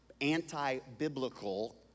anti-biblical